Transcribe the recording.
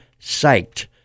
psyched